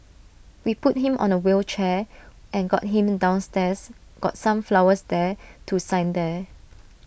we put him on A wheelchair and got him downstairs got some flowers there to sign there